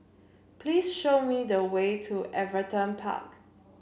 please show me the way to Everton Park